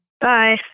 Bye